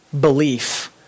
belief